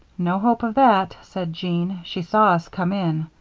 no hope of that, said jean. she saw us come in.